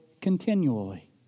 continually